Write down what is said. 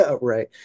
right